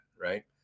right